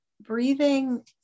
breathing